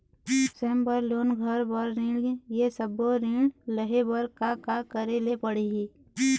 स्वयं बर लोन, घर बर ऋण, ये सब्बो ऋण लहे बर का का करे ले पड़ही?